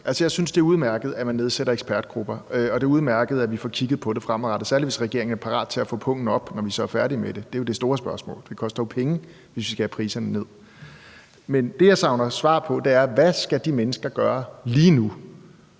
jeg synes, det er udmærket, at man nedsætter ekspertgrupper, og at det er udmærket, at vi fremadrettet får kigget på det, særlig også hvis regeringen er parat til at få pungen op, når vi så er færdige med det. Det er jo det store spørgsmål, for det koster jo penge, hvis vi skal have priserne ned. Men det, jeg savner et svar på, er, hvad de mennesker, der bliver